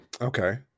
Okay